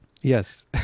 Yes